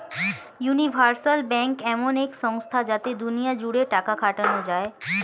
universal bank এমন এক সংস্থা যাতে দুনিয়া জুড়ে টাকা খাটানো যায়